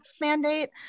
mandate